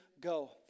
go